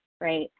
right